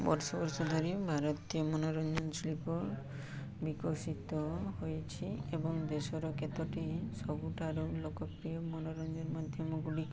ବର୍ଷ ବର୍ଷ ଧରି ଭାରତୀୟ ମନୋରଞ୍ଜନ ଶିଳ୍ପ ବିକଶିତ ହୋଇଛି ଏବଂ ଦେଶର କେତୋଟି ସବୁଠାରୁ ଲୋକପ୍ରିୟ ମନୋରଞ୍ଜନ ମାଧ୍ୟମ ଗୁଡ଼ିକ